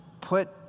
put